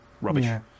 rubbish